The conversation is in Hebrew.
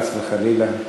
חס וחלילה.